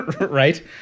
Right